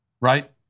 right